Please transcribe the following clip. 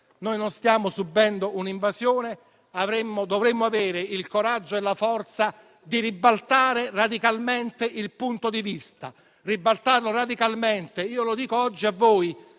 Noi non stiamo subendo un'invasione. Dovremmo avere il coraggio e la forza di ribaltare radicalmente il punto di vista. Io lo dico oggi a voi,